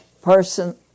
person